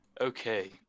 Okay